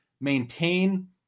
maintain